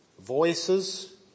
voices